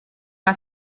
una